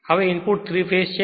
હવે input 3 phase છે